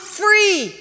free